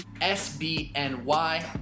SBNY